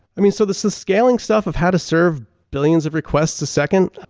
i mean so this this scaling stuff of how to serve billions of request a second,